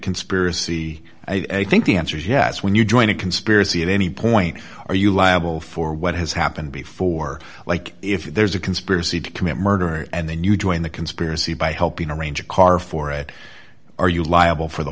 conspiracy i think the answer is yes when you join a conspiracy at any point are you liable for what has happened before like if there's a conspiracy to commit murder and then you join the conspiracy by helping arrange a car for it are you liable for the